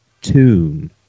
tune